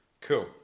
cool